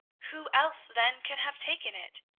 who else, then, can have taken it?